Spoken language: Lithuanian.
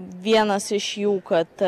vienas iš jų kad